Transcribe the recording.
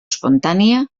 espontània